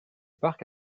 parc